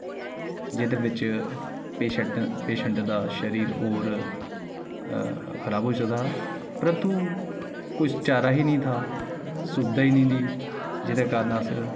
जेह्दे बिच patient patient दा शरीर होर खराब होई सकदा हा परतु कुछ चारा ही निं था सुविधा ई निं थी जेह्दे कारण अस